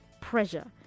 pressure